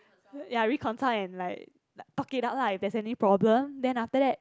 ya reconcile and like talk it out lah there's any problem then after that